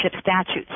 statutes